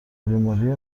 بیماری